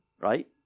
right